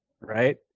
Right